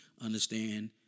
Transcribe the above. understand –